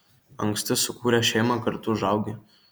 anksti sukūręs šeimą kartu užaugi